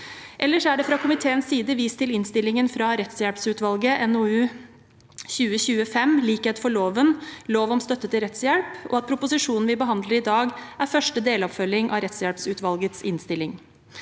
Ellers er det fra komiteens side vist til innstillingen fra rettshjelpsutvalget, NOU 2020: 5, Likhet for loven – Lov om støtte til rettshjelp, og at proposisjonen vi behandler i dag, er første deloppfølging av rettshjelpsutvalgets innstilling.